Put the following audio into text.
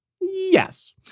Yes